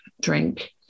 Drink